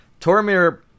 Tormir